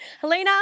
helena